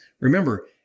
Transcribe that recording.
Remember